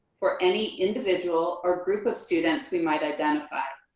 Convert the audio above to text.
for any individual or group of students we might identify.